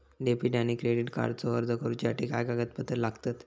Debit आणि credit कार्डचो अर्ज करुच्यासाठी काय कागदपत्र लागतत?